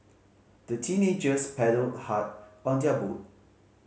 the teenagers paddled hard on their boat